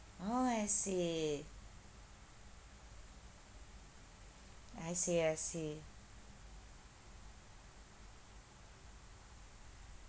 oh I see I see I see